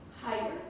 higher